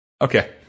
Okay